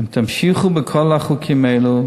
אם תמשיכו בכל החוקים האלה,